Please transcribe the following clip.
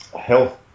health